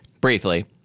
Briefly